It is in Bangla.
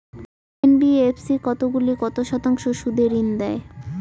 এন.বি.এফ.সি কতগুলি কত শতাংশ সুদে ঋন দেয়?